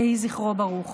יהי זכרו ברוך.